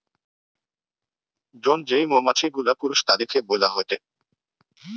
drone যেই মৌমাছি গুলা পুরুষ তাদিরকে বইলা হয়টে